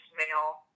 male